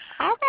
Okay